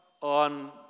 on